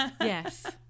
Yes